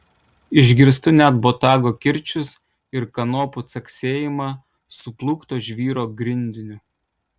išgirstu net botago kirčius ir kanopų caksėjimą suplūkto žvyro grindiniu